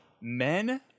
men